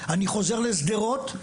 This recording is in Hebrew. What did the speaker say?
אני חוזרת לשדרות,